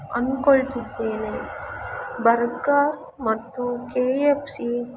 ಅನ್ಕೊಳ್ತಿದ್ದೇನೆ burger ಮತ್ತು K F C